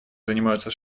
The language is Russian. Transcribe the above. занимаются